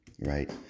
right